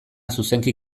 zuzenki